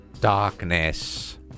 Darkness